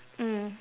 mm